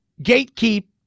gatekeep